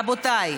רבותיי,